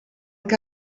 que